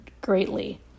greatly